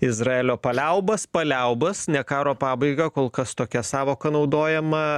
izraelio paliaubas paliaubas ne karo pabaigą kol kas tokia sąvoka naudojama